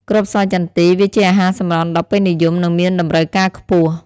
គ្រប់ស្វាយចន្ទី វាជាអាហារសម្រន់ដ៏ពេញនិយម និងមានតម្រូវការខ្ពស់។